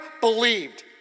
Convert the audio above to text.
believed